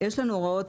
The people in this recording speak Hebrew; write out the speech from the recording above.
יש לנו הוראות